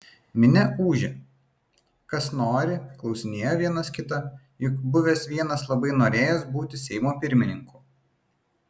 minia ūžė kas nori klausinėjo vienas kitą juk buvęs vienas labai norėjęs būti seimo pirmininku